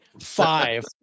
Five